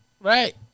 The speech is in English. Right